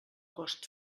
cost